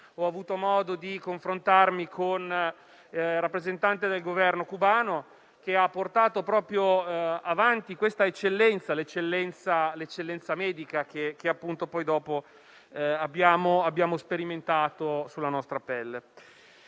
ho avuto modo di confrontarmi con il rappresentante del Governo cubano, che ha portato avanti proprio l'eccellenza medica che poi abbiamo sperimentato sulla nostra pelle.